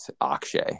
Akshay